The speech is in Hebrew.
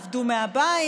עבדו מהבית,